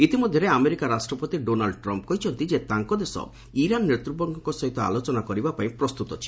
ଇତିମଧ୍ୟରେ ଆମେରିକା ରାଷ୍ଟ୍ରପତି Donald Trump କହିଛନ୍ତି ଯେ ତାଙ୍କ ଦେଶ ଇରାନ୍ ନେତୃବର୍ଗଙ୍କ ସହିତ ଆଲୋଚନା କରିବା ପାଇଁ ପ୍ରସ୍ତୁତ ଅଛି